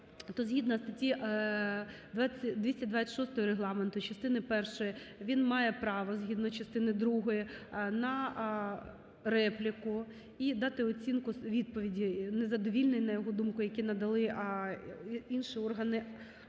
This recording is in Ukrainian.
згідно статті 226 Регламенту (частини першої) він мав право згідно частини другої на репліку і дати оцінку відповіді незадовільної, на його думку, яку надали інші органи